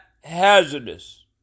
hazardous